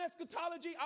eschatology